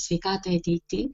sveikatai ateity